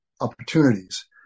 opportunities